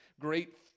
great